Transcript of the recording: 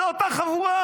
זו אותה חבורה.